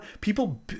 People